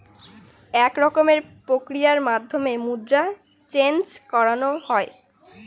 এক রকমের প্রক্রিয়ার মাধ্যমে মুদ্রা চেন্জ করানো হয়